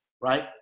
right